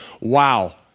wow